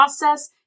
process